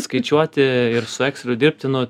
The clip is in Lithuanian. skaičiuoti ir su ekseliu dirbti nu